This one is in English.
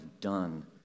done